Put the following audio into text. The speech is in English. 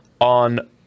on